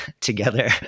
together